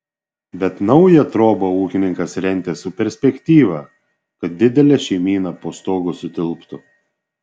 bet naują trobą ūkininkas rentė su perspektyva kad didelė šeimyna po stogu sutilptų